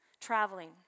traveling